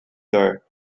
there